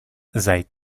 seit